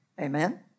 amen